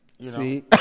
See